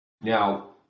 now